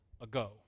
ago